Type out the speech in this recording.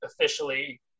officially